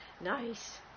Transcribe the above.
Nice